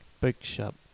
bookshop